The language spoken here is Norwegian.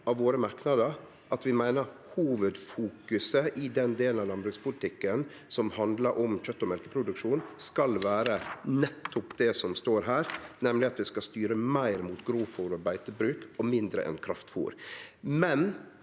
vi meiner hovudfokuset i den delen av landbrukspolitikken som handlar om kjøt- og mjølkeproduksjon, skal vere nettopp det som står der, nemleg at vi skal styre meir mot grovfôr og beitebruk og mindre mot kraftfôr.